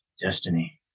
destiny